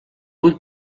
vull